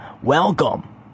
Welcome